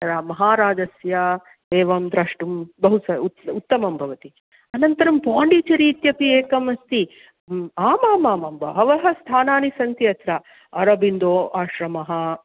तत्र महाराजस्य एवं द्रष्टुं बहु उत् उत्तमं भवति अनन्तरं पोण्डिचेरि इत्यपि एकमस्ति आमामां बहवः स्थानानि सन्ति अत्र अरोबिन्दो आश्रमः